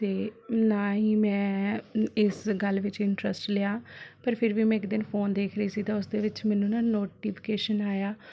ਅਤੇ ਨਾ ਹੀ ਮੈਂ ਇਸ ਗੱਲ ਵਿੱਚ ਇੰਟਰਸਟ ਲਿਆ ਪਰ ਫਿਰ ਵੀ ਮੈਂ ਇੱਕ ਦਿਨ ਫੋਨ ਦੇਖ ਰਹੀ ਸੀ ਤਾਂ ਉਸ ਦੇ ਵਿੱਚ ਮੈਨੂੰ ਨਾ ਨੋਟੀਫਿਕੇਸ਼ਨ ਆਇਆ